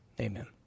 Amen